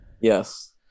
Yes